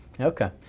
Okay